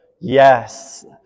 Yes